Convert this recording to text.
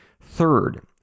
Third